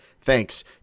thanks